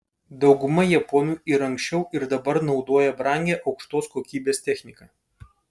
dauguma japonų ir anksčiau ir dabar naudoja brangią aukštos kokybės techniką